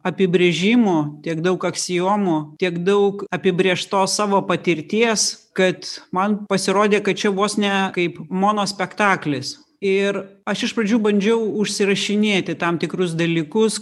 apibrėžimų tiek daug aksiomų tiek daug apibrėžtos savo patirties kad man pasirodė kad čia vos ne kaip monospektaklis ir aš iš pradžių bandžiau užsirašinėti tam tikrus dalykus